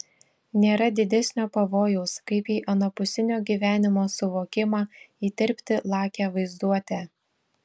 nėra didesnio pavojaus kaip į anapusinio gyvenimo suvokimą įterpti lakią vaizduotę